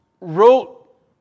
wrote